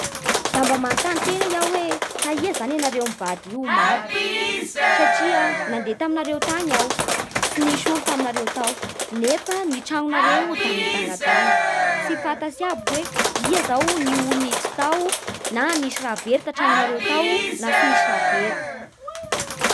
Da mba manontany tena aho hoe taia zany ianareo mivady io omaly? Satria nandeha taminareo tany aho tsy nosy olo taminareo tao nefa ny tranonareo da midanadana Tsy fantatsy aby zao hoe ia ny olo niditsy taminareo tao na nisy raha very taimnareo tao na tsy nisy raha very